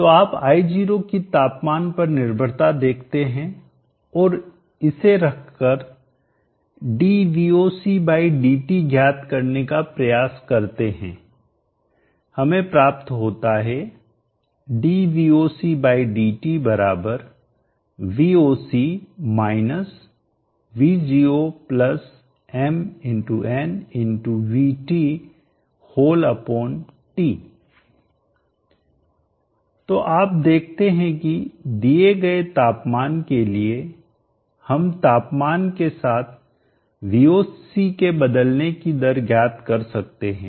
तो आप I0 की तापमान पर निर्भरता देखते हैं और इसे रखकर dVOCdT ज्ञात करने का प्रयास करते हैं हमें प्राप्त होता है तो आप देखते हैं कि दिए गए तापमान के लिए हम तापमान के साथ Voc के बदलने की दर ज्ञात कर सकते हैं